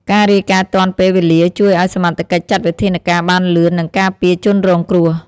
ការរាយការណ៍ទាន់ពេលវេលាជួយឲ្យសមត្ថកិច្ចចាត់វិធានការបានលឿន និងការពារជនរងគ្រោះ។